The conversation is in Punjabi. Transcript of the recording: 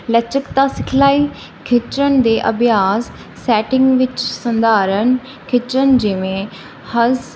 ਲਚਕਤਾ ਸਿਖਲਾਈ ਖਿੱਚਣ ਦੇ ਅਭਿਆਸ ਸੈਟਿੰਗ ਵਿੱਚ ਸਧਾਰਨ ਖਿੱਚਣ ਜਿਵੇਂ ਹਸ